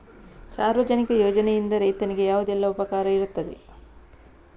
ಸಾರ್ವಜನಿಕ ಯೋಜನೆಯಿಂದ ರೈತನಿಗೆ ಯಾವುದೆಲ್ಲ ಉಪಕಾರ ಇರ್ತದೆ?